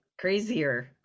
Crazier